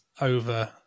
over